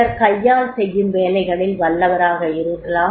சிலர் கையால் செய்யும் வேலைகளில் வல்லவராக இருக்கலாம்